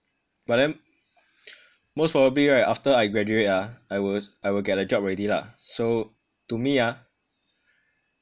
but then most probably right after I graduate ah I will I will get a job already lah so to me ah